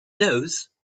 nose